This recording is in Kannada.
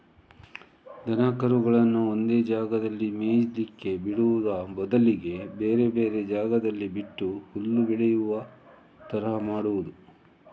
ದನ ಕರುಗಳನ್ನ ಒಂದೇ ಜಾಗದಲ್ಲಿ ಮೇಯ್ಲಿಕ್ಕೆ ಬಿಡುವ ಬದಲಿಗೆ ಬೇರೆ ಬೇರೆ ಜಾಗದಲ್ಲಿ ಬಿಟ್ಟು ಹುಲ್ಲು ಬೆಳೆಯುವ ತರ ಮಾಡುದು